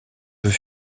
veut